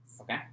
Okay